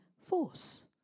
force